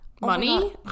money